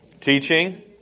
Teaching